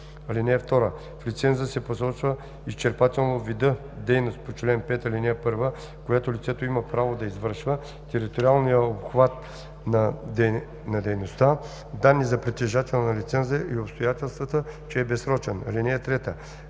срок. (2) В лиценза се посочват изчерпателно видът дейност по чл. 5, ал. 1, която лицето има право да извършва, териториалният обхват на дейността, данни за притежателя на лиценза и обстоятелството, че е безсрочен. (3)